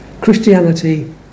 Christianity